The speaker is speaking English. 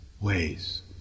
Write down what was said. ways